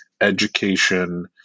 Education